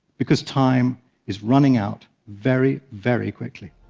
because time is running out very, very quickly.